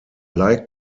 like